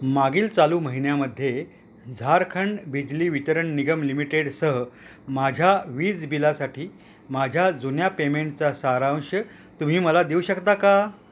मागील चालू महिन्यामध्ये झारखंड बिजली वितरण निगम लिमिटेडसह माझ्या वीज बिलासाठी माझ्या जुन्या पेमेंटचा सारांश तुम्ही मला देऊ शकता का